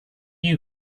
you